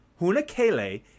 Hunakele